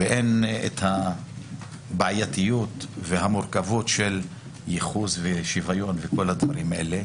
ואין את הבעייתיות והמורכבות של ייחוס ושוויון וכול הדברים האלה